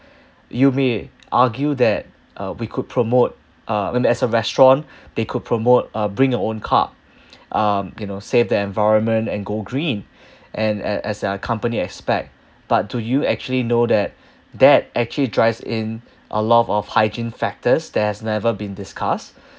you may argue that uh we could promote uh when as a restaurant they could promote uh bring your own cup um you know save the environment and go green and and as a company aspect but do you actually know that that actually drives in a lot of hygiene factors that has never been discussed